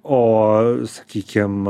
o sakykim